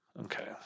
Okay